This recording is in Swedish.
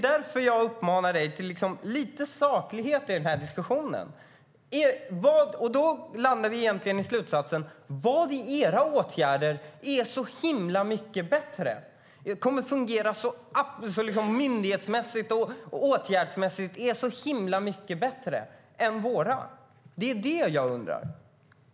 Därför uppmanar jag dig att vara lite saklig i den här diskussionen, Sven-Olof Sällström.